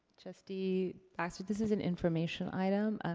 trustee baxter? this is an information item. ah